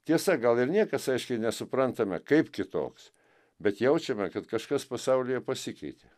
tiesa gal ir niekas aiškiai nesuprantame kaip kitoks bet jaučiame kad kažkas pasaulyje pasikeitė